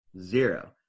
Zero